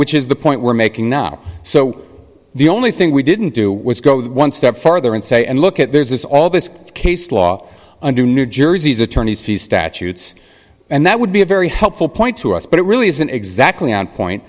which is the point we're making now so the only thing we didn't do was go one step further and say and look at there's this all this case law under new jersey's attorneys fees statutes and that would be a very helpful point to us but it really isn't exactly on point